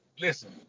listen